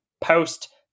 post